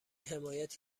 حمایت